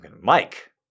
Mike